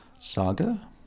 saga